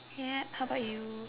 yeah how about you